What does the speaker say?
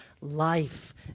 Life